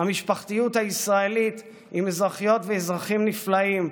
המשפחתיות הישראלית עם אזרחיות ואזרחים נפלאים,